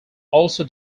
also